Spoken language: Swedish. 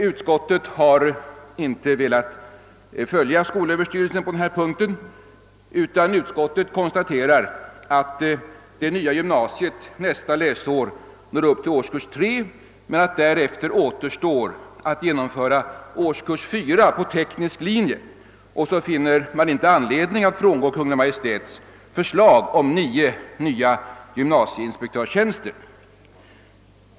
Utskottet har dock inte velat följa skolöverstyrelsen på denna punkt utan konstaterar att det nya gymnasiet nästa läsår når upp till årskurs 3 men att det därefter återstår att genomföra årskurs 4 på teknisk linje. Därför finner man inte anledning att frångå Kungl. Maj:ts förslag om att nu inrätta nio nya gymnasieinspektörstjänster.